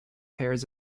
pairs